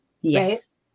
Yes